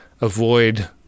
avoid